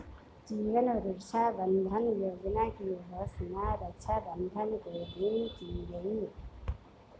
जीवन सुरक्षा बंधन योजना की घोषणा रक्षाबंधन के दिन की गई